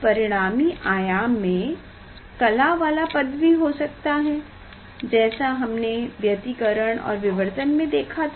इस परिणामी आयाम में कला वाला पद भी हो सकता जैसा हमने व्यतिकरण और विवर्तन में देखा था